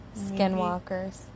Skinwalkers